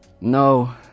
no